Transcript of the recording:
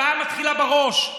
הבעיה מתחילה בראש,